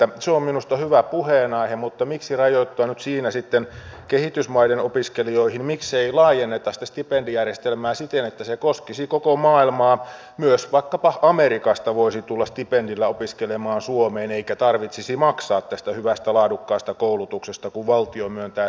se on minusta hyvä puheenaihe mutta miksi rajoittua nyt siinä sitten kehitysmaiden opiskelijoihin miksei laajenneta sitä stipendijärjestelmää siten että se koskisi koko maailmaa myös vaikkapa amerikasta voisi tulla stipendillä opiskelemaan suomeen eikä tarvitsisi maksaa tästä hyvästä laadukkaasta koulutuksesta kun valtio myöntää stipendin